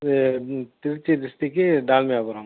இது திருச்சி டிஸ்ட்டிக்கு டால்மியாபுரம்